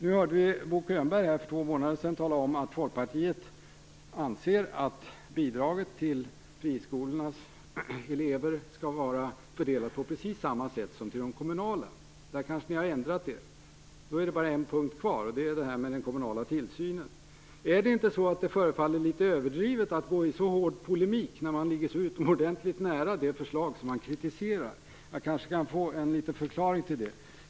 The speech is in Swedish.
Vi hörde Bo Könberg för två månader sedan tala om att Folkpartiet anser att bidraget till friskolornas elever skall vara fördelat på precis samma sätt som till de kommunala skolornas elever. Där kanske ni har ändrat er. Då är det bara en punkt kvar, den kommunala tillsynen. Förefaller det inte litet överdrivet att gå i så hård polemik när man ligger så utomordentligt nära det förslag som man kritiserar? Jag kanske kan få en liten förklaring till det.